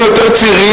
היינו יותר צעירים,